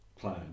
plan